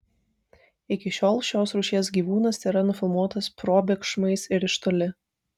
iki šiol šios rūšies gyvūnas tėra nufilmuotas probėgšmais ir iš toli